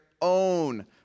own